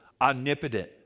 omnipotent